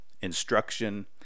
instruction